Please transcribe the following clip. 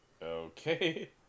Okay